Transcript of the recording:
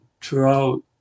throughout